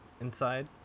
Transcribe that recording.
inside